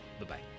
Bye-bye